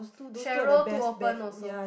Cheryl too open also